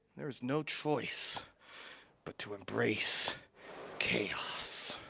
there's no choice but to embrace chaos.